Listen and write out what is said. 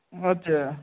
ও আচ্ছা